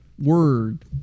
word